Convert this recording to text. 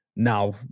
Now